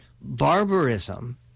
barbarism